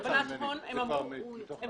הם